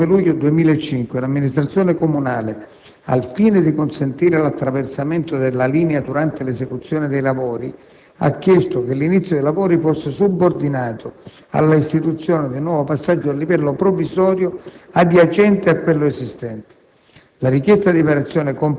Con nota del 29 luglio 2005, l'Amministrazione comunale, al fine di consentire l'attraversamento della linea durante l'esecuzione dei lavori, ha chiesto che l'inizio dei lavori fosse subordinato all'istituzione di un nuovo passaggio a livello provvisorio adiacente a quello esistente.